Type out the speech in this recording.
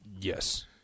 Yes